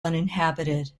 uninhabited